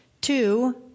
two